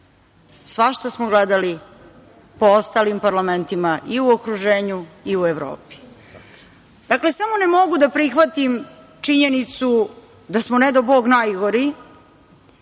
svašta smo gledali po ostalim parlamentima i u okruženju, i u Evropi. Dakle, samo ne mogu da prihvatim činjenicu da smo, ne dao Bog, najgori.